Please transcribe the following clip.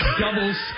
double